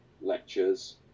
lectures